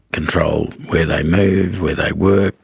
controlled where they move, where they work,